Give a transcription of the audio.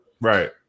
Right